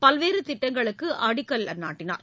பல்வேறு திட்டங்களுக்கு அடிக்கல்லையும் நாட்டினார்